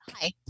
Hi